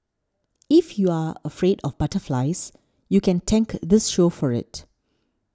if you're afraid of butterflies you can thank this show for it